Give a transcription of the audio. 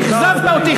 אכזבת אותי,